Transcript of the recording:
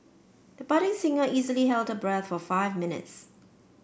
the budding singer easily held her breath for five minutes